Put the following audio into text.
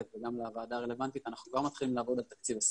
חבל שלא צלצלת אליו ישירות ביום שישי.